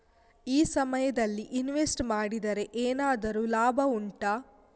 ಈ ಸಮಯದಲ್ಲಿ ಇನ್ವೆಸ್ಟ್ ಮಾಡಿದರೆ ಏನಾದರೂ ಲಾಭ ಉಂಟಾ